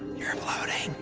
you're and floating.